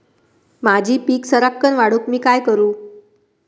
माझी पीक सराक्कन वाढूक मी काय करू?